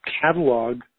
catalog